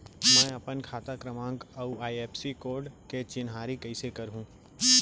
मैं अपन खाता क्रमाँक अऊ आई.एफ.एस.सी कोड के चिन्हारी कइसे करहूँ?